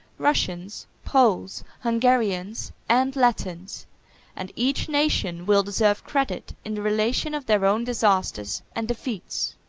russians, poles, hungarians, and latins and each nation will deserve credit in the relation of their own disasters and defeats.